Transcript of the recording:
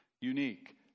unique